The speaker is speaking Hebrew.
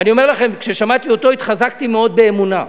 ואני אומר לכם, כששמעתי אותו התחזקתי מאוד באמונה,